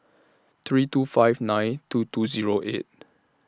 three two five nine two two Zero eight